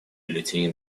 бюллетени